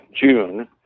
June